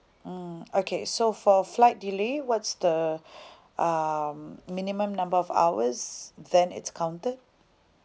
mm okay so for flight delay what's the um minimum number of hours then it's counted